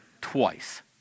twice